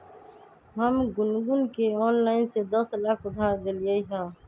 हम गुनगुण के ऑनलाइन से दस लाख उधार देलिअई ह